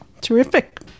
Terrific